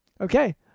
okay